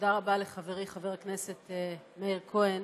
ותודה רבה לחברי חבר הכנסת מאיר כהן,